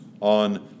on